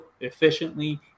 efficiently